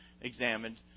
examined